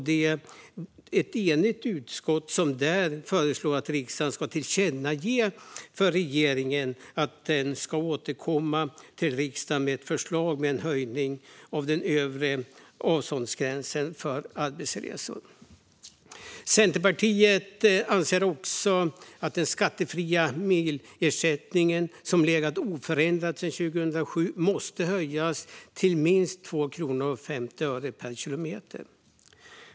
Det är ett enigt utskott som föreslår att riksdagen ska tillkännage för regeringen att den ska återkomma till riksdagen med ett förslag om en höjning av den övre avståndsgränsen för arbetsresor. Centerpartiet anser också att den skattefria milersättningen, som legat oförändrad sedan 2007, måste höjas till minst 2 kronor och 50 öre per kilometer.